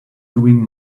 doing